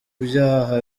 byaha